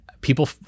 people